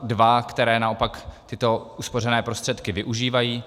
Dva, které naopak tyto uspořené prostředky využívají.